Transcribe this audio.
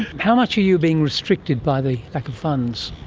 how much are you being restricted by the lack of funds?